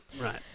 Right